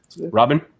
robin